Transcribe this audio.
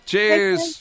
Cheers